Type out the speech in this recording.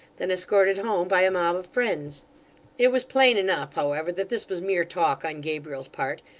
than escorted home by a mob of friends it was plain enough, however, that this was mere talk on gabriel's part,